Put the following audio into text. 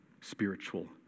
spiritual